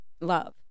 love